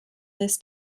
this